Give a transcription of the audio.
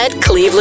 Cleveland